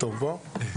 חבר הכנסת אזולאי, נכון.